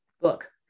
book